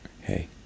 Hey